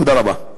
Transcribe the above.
תודה רבה.